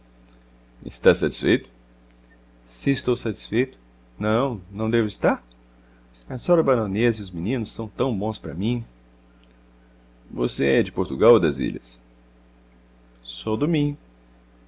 está satisfeito se estou satisfeito não não devo estar a s'ora baronesa e os meninos são tão bons para mim você é de portugal ou das ilhas sou do